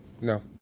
No